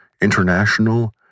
international